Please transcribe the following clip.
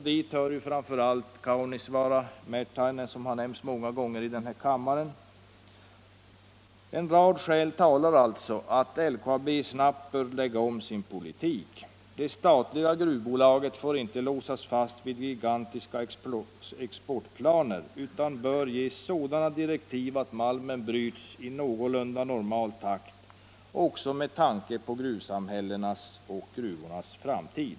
Dit hör främst Kaunisvaara och Mertainen.” Dessa båda orter har ju nämnts många gånger i den här kammaren. En rad skäl talar alltså för att LKAB radikalt bör lägga om sin politik. Det statliga gruvbolaget får inte låsas fast vid gigantiska exportplaner utan bör ges sådana direktiv att malmen bryts i någorlunda normal takt och också med tanke på gruvsamhällenas och gruvornas framtid.